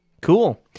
Cool